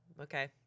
okay